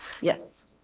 Yes